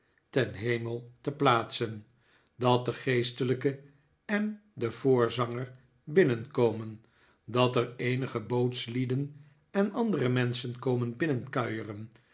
ten hemel te plaatsen dat de geestelijke en de voorzanger binnenkomen dat er eenige bootslieden en andere menschen komen